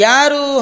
Yaru